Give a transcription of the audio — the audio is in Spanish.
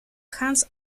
hans